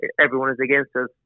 everyone-is-against-us